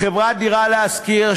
חברת "דירה להשכיר",